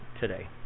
today